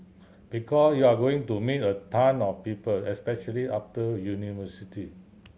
because you're going to meet a ton of people especially after university